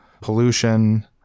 pollution